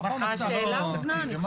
אני רוצה לראות תמונה כללית של התוכנית.